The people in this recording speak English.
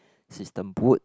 system would